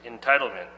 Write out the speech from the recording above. entitlement